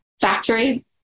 factory